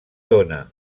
dóna